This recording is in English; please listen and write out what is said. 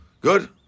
Good